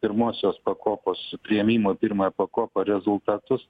pirmosios pakopos priėmimo į pirmąją pakopą rezultatus